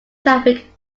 traffic